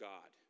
God